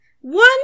one